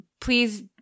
please